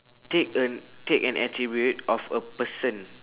take a take an attribute of a person